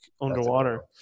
underwater